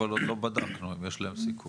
אבל עוד לא בדקנו אם יש להם סיכון.